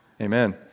Amen